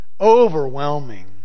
overwhelming